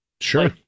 Sure